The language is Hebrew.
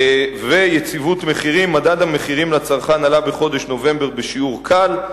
יציבות מחירים: מדד המחירים לצרכן עלה בחודש נובמבר בשיעור קל.